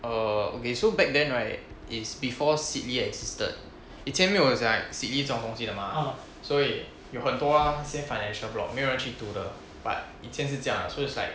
err okay so back then right is before sidley existed 以前没有 like sidley 这种东西的嘛所以有很多那些 financial blog 没有人去读的 but 以前是这样啊 so it's like